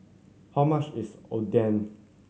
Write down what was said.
how much is Oden